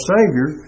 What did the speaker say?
Savior